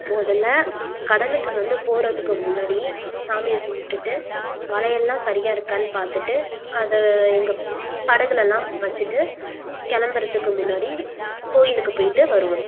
முதல்ல கடலுக்கு வந்து போகிறதுக்கு முன்னாடி சாமியை கும்பிட்டுட்டு வலையெல்லாம் சரியா இருக்கான்னு பார்த்துட்டு அதை எங்கள் படகுலெலாம் வச்சுட்டு கிளம்புறத்துக்கு முன்னாடி கோயிலுக்கு போயிட்டு வருவோம்